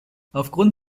aufgrund